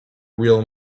real